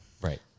right